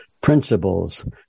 principles